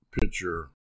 picture